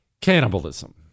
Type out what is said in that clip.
Cannibalism